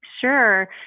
Sure